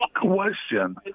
Question